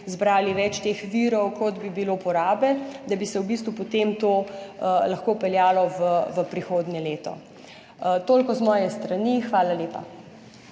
zbrali več teh virov, kot bi bilo porabe, da bi se v bistvu potem to lahko peljalo v prihodnje leto. Toliko z moje strani. Hvala lepa.